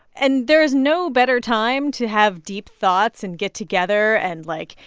and there is no better time to have deep thoughts and get together and, like,